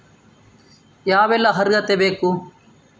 ಯಾವೆಲ್ಲ ಅರ್ಹತೆ ಬೇಕು?